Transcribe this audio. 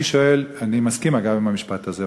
אגב, אני מסכים עם המשפט הזה.